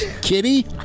kitty